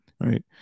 right